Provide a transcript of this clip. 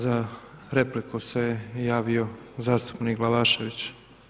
Za repliku se javio zastupnik Glavašević.